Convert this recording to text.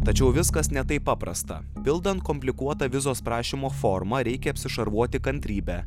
tačiau viskas ne taip paprasta bildant komplikuotą vizos prašymo formą reikia apsišarvuoti kantrybe